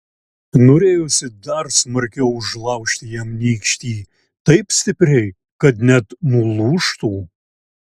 norėjosi dar smarkiau užlaužti jam nykštį taip stipriai kad net nulūžtų